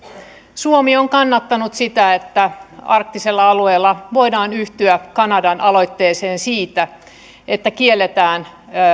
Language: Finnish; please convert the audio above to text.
suomi on kannattanut sitä että arktisella alueella voidaan yhtyä kanadan aloitteeseen siitä että kielletään